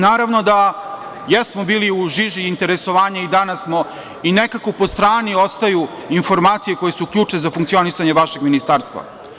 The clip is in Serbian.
Naravno da jesmo bili u žiži interesovanja, i danas smo, i nekako po strani ostaju informacije koje su ključne za funkcionisanje vašeg ministarstva.